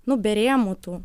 nu be rėmų tų